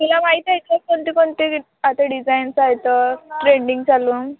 तुला माहीत आहे का कोणते कोणते आता डिझाईनचं आहेत ट्रेंडिंग चालू